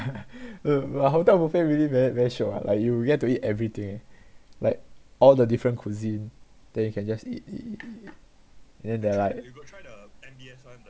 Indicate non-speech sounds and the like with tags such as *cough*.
*laughs* uh but hotel buffet really very very shiok ah like you get to eat everything like all the different cuisine then you can just eat eat eat eat eat then they're like